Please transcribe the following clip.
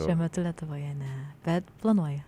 šiuo metu lietuvoje ne bet planuoju